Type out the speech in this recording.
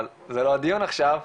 אבל זה לא הדיון עכשיו,